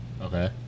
okay